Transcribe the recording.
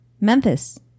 Memphis